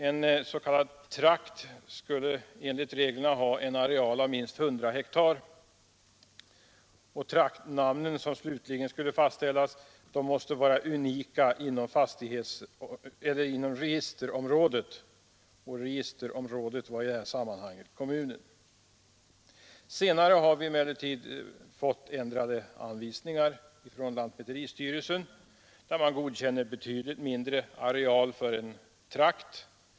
En s.k. trakt skulle enligt reglerna ha en areal av minst 100 hektar, och traktnamnen som slutligen skulle fastställas måste vara unika inom registerområdet, som i det här sammanhanget var kommunen. Senare har vi emellertid fått ändrade anvisningar från lantmäteristyrelsen där man godkänner betydligt mindre areal för en trakt.